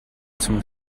zum